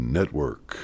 Network